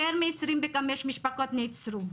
יותר מ-25 משפחות נעצרו,